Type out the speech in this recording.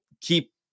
keep